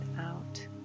out